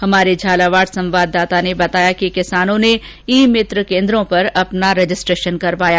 हमारे झालावाड संवाददाता ने बताया कि किसानों ने ई मित्र केन्द्रों पर अपना रजिस्ट्रेशन करवाया